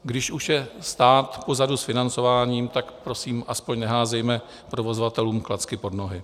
Když už je stát pozadu s financováním, tak prosím aspoň neházejme provozovatelům klacky pod nohy.